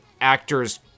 actors